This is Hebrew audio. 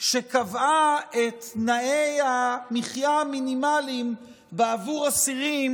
שקבעה את תנאי המחיה המינימליים בעבור אסירים